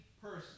person